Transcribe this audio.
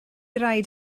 raid